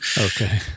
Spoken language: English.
Okay